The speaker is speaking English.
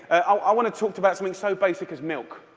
ah i want to talk about something so basic as milk.